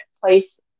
place